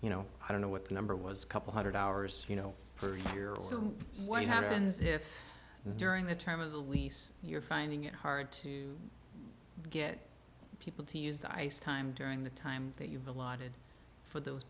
you know i don't know what the number was a couple hundred hours you know per year so what happens if during the term of the lease you're finding it hard to get people to use the ice time during the time that you've allotted for those